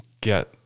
get